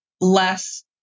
less